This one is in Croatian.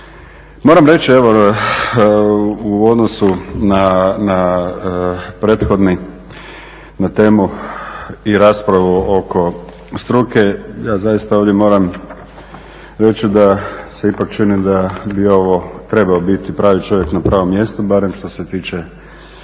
moram reći evo u odnosu na prethodnu temu i raspravu oko struke ja zaista ovdje moram reći da se ipak čini da bi ovo trebao biti pravi čovjek na pravom mjestu, barem što se tiče